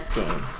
game